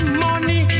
money